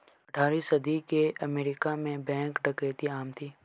अठारहवीं सदी के अमेरिका में बैंक डकैती आम थी